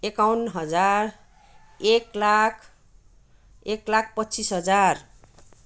एकाउन्न हजार एक लाख एक लाख पच्चिस हजार